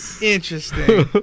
Interesting